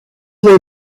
lay